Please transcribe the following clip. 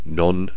non